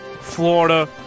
Florida